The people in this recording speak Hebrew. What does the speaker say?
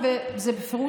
זה מה שהשרה מגישה עכשיו.